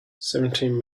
seventeen